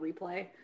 replay